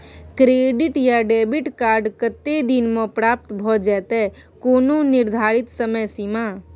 Credit या debit card कत्ते दिन म प्राप्त भ जेतै, कोनो निर्धारित समय सीमा?